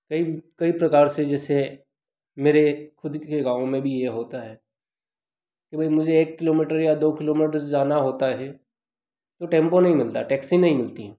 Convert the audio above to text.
कई कई प्रकार से जेसे मेरे ख़ुद के गाँव में भी यह होता है कि भई मुझे एक किलोमीटर या दो किलोमीटर जाना होता है तो टेम्पो नहीं मिलता टैक्सी नहीं मिलती है